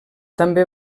també